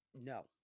No